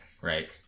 right